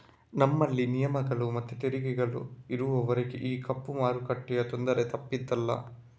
ನಮ್ಮಲ್ಲಿ ನಿಯಮಗಳು ಮತ್ತು ತೆರಿಗೆಗಳು ಇರುವವರೆಗೂ ಈ ಕಪ್ಪು ಮಾರುಕಟ್ಟೆಯ ತೊಂದರೆ ತಪ್ಪಿದ್ದಲ್ಲ